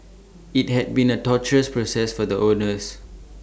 IT had been A torturous process for the owners